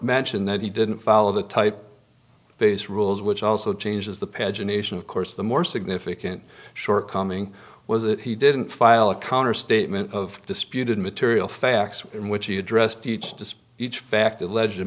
mentioned that he didn't follow the type face rules which also changes the pagination of course the more significant shortcoming was that he didn't file a counter statement of disputed material facts in which he addressed each to each fact allege